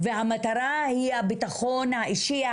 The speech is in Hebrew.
והמטרה היא הביטחון האישי,